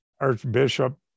Archbishop